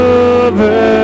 over